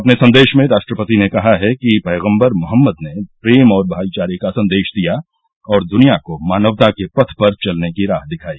अपने संदेश में राष्ट्रपति ने कहा कि पैगम्बर मोहम्मद ने प्रेम और भाईचारे का संदेश दिया और द्निया को मानवता के पथ पर चलने की राह दिखाई